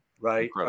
Right